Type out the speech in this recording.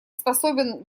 способен